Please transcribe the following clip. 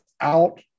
out